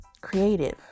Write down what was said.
creative